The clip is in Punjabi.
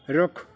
ਰੁੱਖ